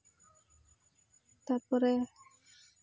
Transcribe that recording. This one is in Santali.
ᱛᱟᱨᱯᱚᱨᱮ